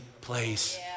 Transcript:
place